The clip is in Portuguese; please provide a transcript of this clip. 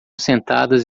sentadas